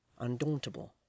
undauntable